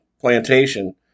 plantation